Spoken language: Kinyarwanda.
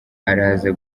araza